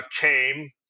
came